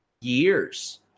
Years